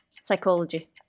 Psychology